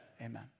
Amen